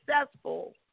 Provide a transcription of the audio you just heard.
successful